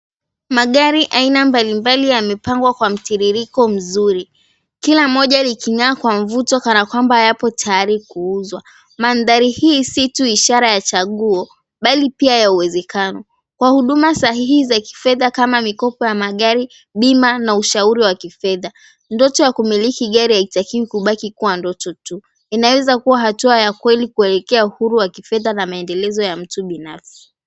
Magari aina mbalimbali yamepangwa kwa mtiririko mzuri kila mmoja likinyaa kwa mvuto kana kwamba hayapo tayari kuuzwa. Mandhari hii si tu ishara ya chaguo bali pia yawezekana kwa huduma sahihi za kifedha kama mikopo ya magari bima na ushauri wa kifedha. Ndoto ya kumiliki gari haitakiwi kubaki kuwa ndoto tu, inaweza kuwa hatua ya kweli kuelekea uhuru wa kifedha na maendeleo ya mtu binafsi.